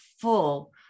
full